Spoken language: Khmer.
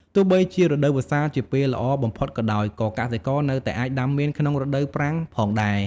ទោះបីជារដូវវស្សាជាពេលល្អបំផុតក៏ដោយ ក៏កសិករនៅតែអាចដាំមៀនបានក្នុងរដូវប្រាំងផងដែរ។